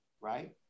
right